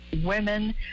women